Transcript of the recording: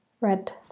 red